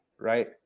right